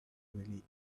really